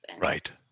Right